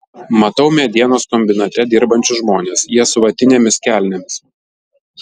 matau medienos kombinate dirbančius žmones jie su vatinėmis kelnėmis